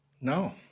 no